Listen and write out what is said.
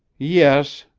yes,